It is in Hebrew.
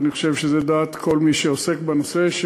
ואני חושב שזו דעתו של כל מי שעוסק בנושא,